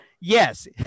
Yes